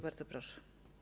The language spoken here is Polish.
Bardzo proszę.